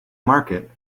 market